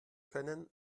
können